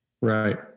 Right